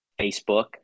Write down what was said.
Facebook